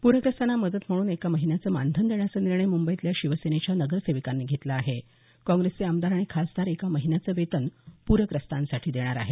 पूरग्रस्तांना मदत म्हणून एका महिन्याचं मानधन देण्याचा निर्णय मुंबईतल्या शिवसेनेच्या नगरसेवकांनी घेतला आहे काँग्रेसचे आमदार आणि खासदार एका महिन्याचं वेतन पूरग्रस्तांसाठी देणार आहेत